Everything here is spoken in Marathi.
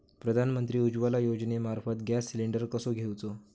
प्रधानमंत्री उज्वला योजनेमार्फत गॅस सिलिंडर कसो घेऊचो?